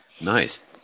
Nice